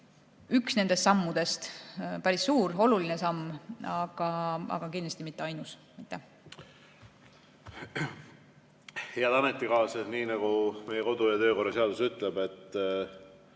üks nendest sammudest, päris suur ja oluline samm, aga kindlasti mitte ainus. Head ametikaaslased! Nii nagu meie kodu‑ ja töökorra seadus ütleb, on